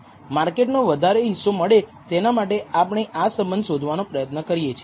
માર્કેટનો વધારે હિસ્સો મળે તેના માટે આપણે આ સંબંધ શોધવાનો પ્રયત્ન કરીએ છીએ